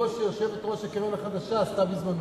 כמו שיושבת-ראש הקרן החדשה עשתה בזמנו.